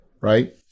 right